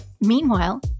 Meanwhile